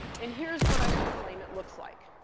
and here's what i'm going to claim it looks like.